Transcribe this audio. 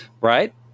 right